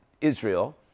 Israel